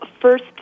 first